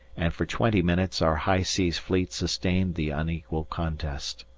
and for twenty minutes our high seas fleet sustained the unequal contest.